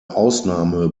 ausnahme